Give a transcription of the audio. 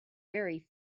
very